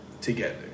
together